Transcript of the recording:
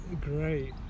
great